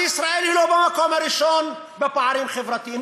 אז ישראל היא לא במקום הראשון בפערים החברתיים,